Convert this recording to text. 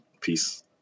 Peace